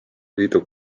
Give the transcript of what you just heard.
liidu